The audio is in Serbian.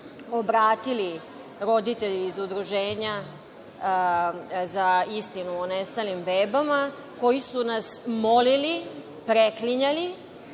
obratili roditelji iz Udruženja za istinu o nestalim bebama koji su nas molili, preklinjali